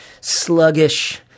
sluggish